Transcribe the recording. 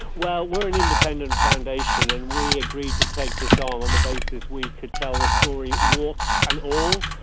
well, we are an independent foundation and we agreed to take this on on the basis we could tell the story, warts and all,